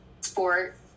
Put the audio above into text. sport